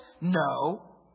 No